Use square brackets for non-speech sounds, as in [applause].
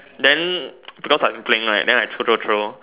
then [noise] because I'm playing right then I throw throw throw